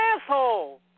asshole